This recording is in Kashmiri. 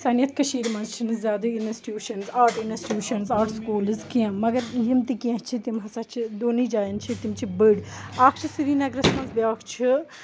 سانہِ یَتھ کٔشیٖرِ منٛز چھِنہٕ زیادٕ institutions art institutions art schools کیٚنٛہہ مگر یِم تہِ کیٚنٛہہ چھِ تِم ہَسا چھِ دونٕے جایَن چھِ تِم چھِ بٔڑۍ اَکھ چھِ سرینگرَس منٛز بیٛاکھ چھِ